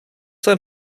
sein